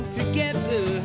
together